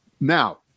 Now